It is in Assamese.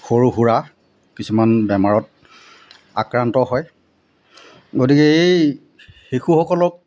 সৰু সুৰা কিছুমান বেমাৰত আক্ৰান্ত হয় গতিকে এই শিশুসকলক